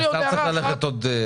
אדוני,